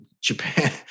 Japan